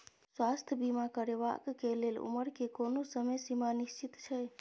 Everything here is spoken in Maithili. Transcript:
स्वास्थ्य बीमा करेवाक के लेल उमर के कोनो समय सीमा निश्चित छै?